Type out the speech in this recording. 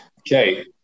Okay